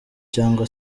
cyangwa